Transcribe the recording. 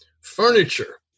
Furniture